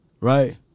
Right